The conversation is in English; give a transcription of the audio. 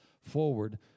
forward